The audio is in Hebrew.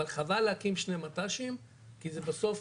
אבל, חבל להקים שני מט"שים, כי זה בסוף